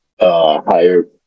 higher